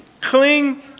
Cling